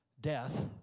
death